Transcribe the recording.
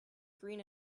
green